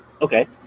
okay